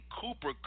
Cooper